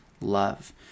love